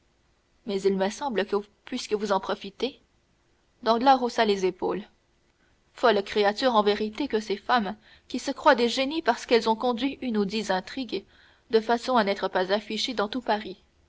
mais il me semble que puisque vous en profitez danglars haussa les épaules folles créatures en vérité que ces femmes qui se croient des génies parce qu'elles ont conduit une ou dix intrigues de façon à n'être pas affichées dans tout paris